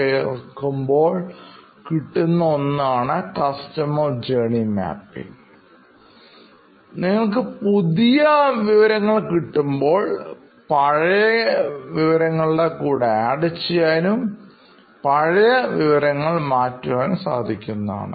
അതിനാൽ തന്നെ നിങ്ങൾക്ക് പുതിയ വിവരങ്ങൾ കിട്ടുമ്പോൾ നിങ്ങൾക്ക് പഴയ വിവരങ്ങളുടെ കൂടെ ആഡ് ചെയ്യാനും പഴയ വിവരങ്ങൾമാറ്റുവാനും സാധിക്കുന്നതാണ്